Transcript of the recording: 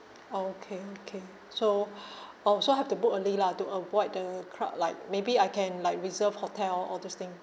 okay okay so oh so I have the book early lah to avoid the crowd like maybe I can like reserve hotel all this thing